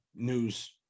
news